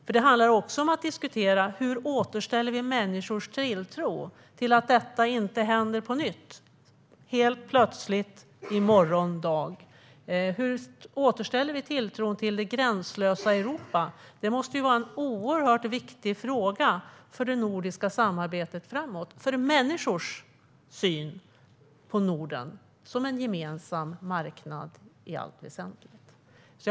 För det handlar också om att diskutera hur vi återställer människors tilltro till att detta inte händer på nytt helt plötsligt i morgon dag. Hur återställer vi tilltron till det gränslösa Europa? Det måste vara en oerhört viktig fråga för det nordiska samarbetet framåt, för människors syn på Norden som en gemensam marknad i allt väsentligt.